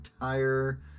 entire